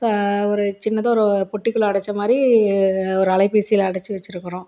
சா ஒரு சின்னதாக ஒரு பொட்டிக்குள்ளே அடைச்ச மாதிரி ஒரு அலைபேசியை அடைச்சி வச்சுருக்குறோம்